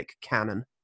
canon